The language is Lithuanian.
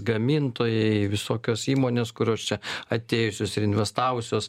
gamintojai visokios įmonės kurios čia atėjusius ir investavusios